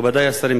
מכובדי השרים,